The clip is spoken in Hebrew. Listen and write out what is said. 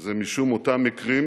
זה משום אותם מקרים